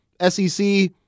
SEC